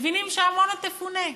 מבינים שעמונה תפונה.